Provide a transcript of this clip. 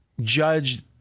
judge